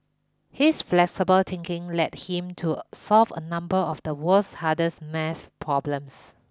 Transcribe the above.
his flexible thinking led him to solve a number of the world's hardest math problems